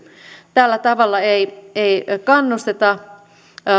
tällä tavalla ei ei kannusteta